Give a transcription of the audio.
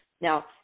now